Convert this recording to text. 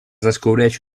descobreix